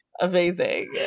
amazing